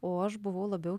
o aš buvau labiau